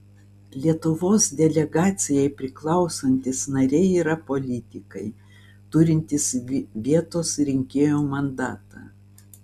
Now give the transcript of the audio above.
lietuvos delegacijai priklausantys nariai yra politikai turintys vietos rinkėjų mandatą